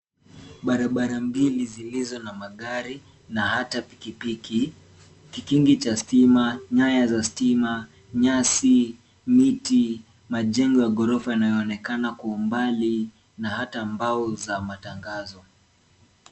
Barabara mbili zilizo na magari na hata pikipiki, kikingi cha stima, nyaya za stima, nyasi, miti, majengo ya ghorofa yanayoonekana kwa umbali na hata mbao za matangazo.